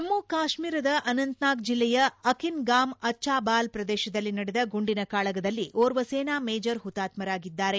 ಜಮ್ಲು ಕಾಶ್ವೀರದ ಅನಂತ್ನಾಗ್ ಜಿಲ್ಲೆಯ ಅಕಿನ್ಗಾಮ್ ಅಚ್ವಾಬಾಲ್ ಪ್ರದೇಶದಲ್ಲಿ ನಡೆದ ಗುಂಡಿನ ಕಾಳಗದಲ್ಲಿ ಓರ್ವ ಸೇನಾ ಮೇಜರ್ ಹುತ್ತಾತ್ತರಾಗಿದ್ದಾರೆ